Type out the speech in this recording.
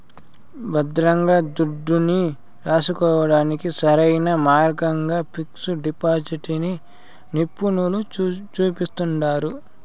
భద్రంగా దుడ్డుని రాసుకోడానికి సరైన మార్గంగా పిక్సు డిపాజిటిని నిపునులు సూపిస్తండారు